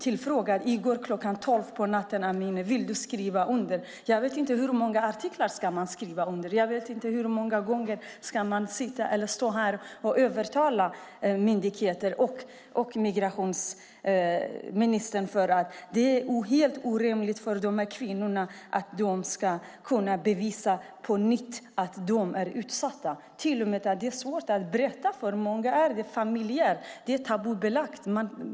12 på natten blev jag tillfrågad: Amineh, vill du skriva under? Jag vet inte hur många artiklar man ska skriva. Jag vet inte hur många gånger man ska stå här och övertala myndigheter och migrationsministern. Det är helt orimligt att dessa kvinnor på nytt ska behöva bevisa att de är utsatta. För många är det svårt att berätta. Det är tabubelagt i familjerna.